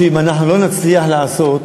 אם אנחנו לא נצליח לעשות